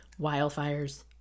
wildfires